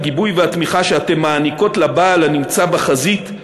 הגיבוי והתמיכה שאתן מעניקות לבעל הנמצא בחזית,